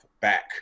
back